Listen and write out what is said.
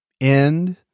end